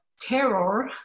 terror